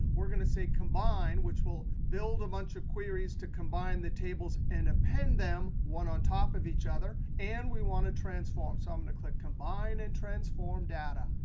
we're going to say combine, which will build a bunch of queries to combine the tables and append them one on top of each other. and we want to transform. so i'm going to click combine and transform data.